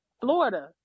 Florida